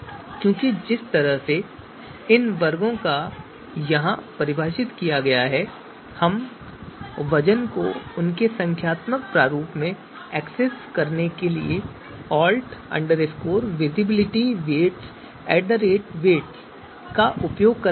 क्योंकि जिस तरह से इन वर्गों को यहां परिभाषित किया गया है हम वजन को उनके संख्यात्मक प्रारूप में एक्सेस करने के लिए alt visibilityweightsweights का उपयोग कर रहे हैं